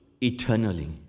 eternally